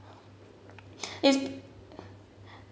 it's